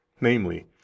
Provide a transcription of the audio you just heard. namely